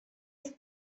oedd